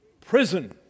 prison